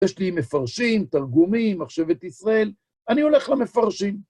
יש לי מפרשים, תרגומים, מחשבת ישראל, אני הולך למפרשים.